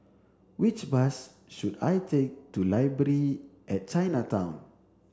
which bus should I take to Library at Chinatown